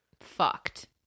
Fucked